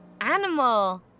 animal